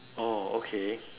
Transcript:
oh okay